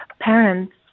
parents